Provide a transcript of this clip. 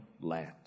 land